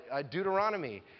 Deuteronomy